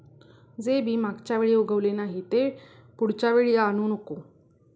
जे बी मागच्या वेळी उगवले नाही, ते पुढच्या वेळी आणू नको